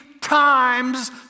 times